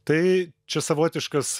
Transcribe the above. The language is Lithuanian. tai čia savotiškas